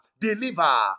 deliver